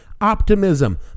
optimism